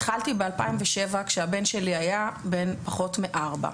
התחלתי ב-2007, כשהבן שלי היה בן פחות מארבע.